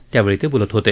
त्यावेळी ते बोलत होते